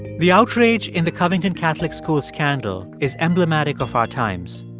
the outrage in the covington catholic school scandal is emblematic of our times.